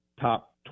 top